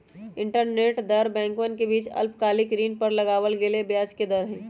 interbank दर बैंकवन के बीच अल्पकालिक ऋण पर लगावल गेलय ब्याज के दर हई